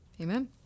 Amen